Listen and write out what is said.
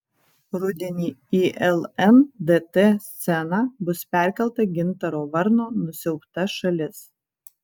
rudenį į lndt sceną bus perkelta gintaro varno nusiaubta šalis